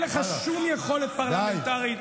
אין לך שום יכולת פרלמנטרית.